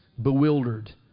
bewildered